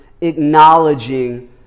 acknowledging